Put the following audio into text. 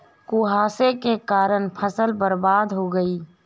कुहासे के कारण फसल बर्बाद हो गयी